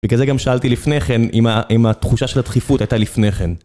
וכזה גם שאלתי לפני כן, אם ה-אם התחושה של הדחיפות הייתה לפני כן.